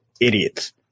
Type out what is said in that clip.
idiots